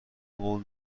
قول